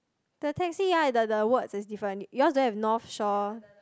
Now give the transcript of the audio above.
the taxi ya the the words is different yours don't have North Shore